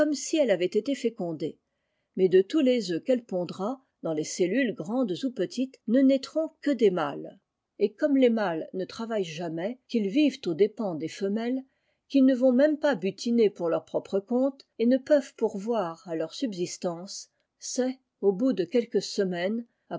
si elle avait été fécondée mais de tous les œufs qu'elle pondra dans les cellules grandes ou petites ne naîtront que des mles et comme les mâles ne travaillent iamais qu'ils vivent aux dépens des femelles ils ne vont même pas butiner pour leur rpre compte et ne peuvent pourvoir à leur sistance c'est au bout de quelques semaines